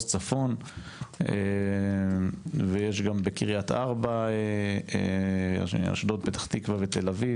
צפון; יש גם בקריית ארבע; אשדוד; פתח תקווה ותל אביב,